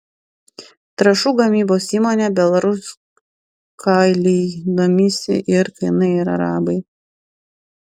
trąšų gamybos įmone belaruskalij domisi ir kinai ir arabai